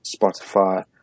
Spotify